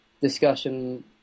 discussion